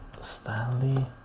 Stanley